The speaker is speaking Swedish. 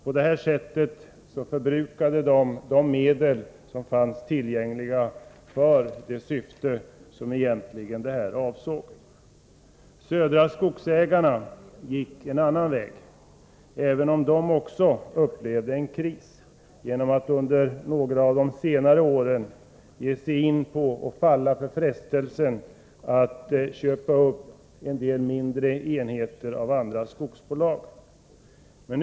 På det sättet förbrukades de medel som fanns tillgängliga för det syfte som det här egentligen avsåg. Södra Skogsägarna gick en annan väg, även om det också upplevde en kris genom att det under senare år fallit för frestelsen att köpa upp en del mindre enheter av andra skogsbolag.